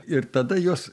ir tada jos